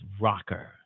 rocker